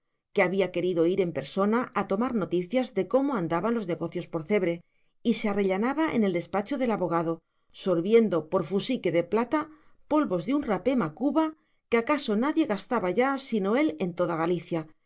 que había querido ir en persona a tomar noticias de cómo andaban los negocios por cebre y se arrellanaba en el despacho del abogado sorbiendo por fusique de plata polvos de un rapé macuba que acaso nadie gastaba ya sino él en toda galicia